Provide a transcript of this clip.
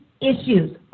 issues